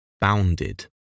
bounded